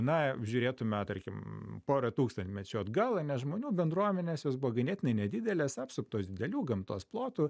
na žiūrėtume tarkim porą tūkstantmečių atgal ane žmonių bendruomenės jos buvo ganėtinai nedidelės apsuptos didelių gamtos plotų